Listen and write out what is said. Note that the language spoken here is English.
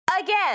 again